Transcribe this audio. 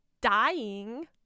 dying